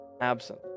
Absent